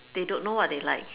they don't know what they like